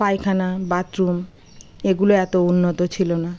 পাইখানা বাথরুম এগুলো এত উন্নত ছিলো না